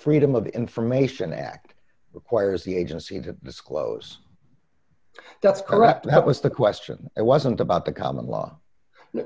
freedom of information act requires the agency to disclose that's correct it was the question it wasn't about the common law